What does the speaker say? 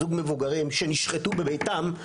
זוג מבוגרים שנשחטו בביתם,